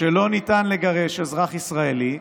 שלא ניתן לגרש אזרח ישראלי,